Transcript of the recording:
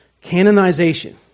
Canonization